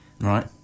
Right